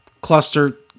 cluster